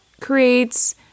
creates